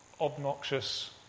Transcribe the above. obnoxious